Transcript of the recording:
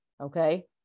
Okay